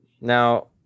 now